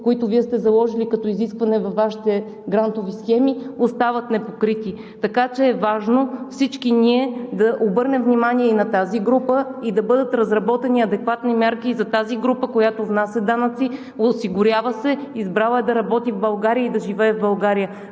които Вие сте заложили като изискване във Вашите грантови схеми, остават непокрити. Така че е важно всички ние да обърнем внимание и на тази група, и да бъдат разработени адекватни мерки, и за тази група, която внася данъци, осигурява се, избрала е да работи в България, и да живее в България.